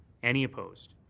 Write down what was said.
any opposed?